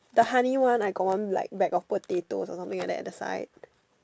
the honey one I got one like bag of potato or something like that the side